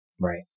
Right